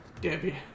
Debbie